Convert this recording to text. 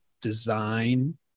design